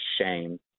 shame